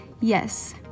Yes